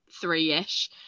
three-ish